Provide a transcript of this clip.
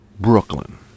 Brooklyn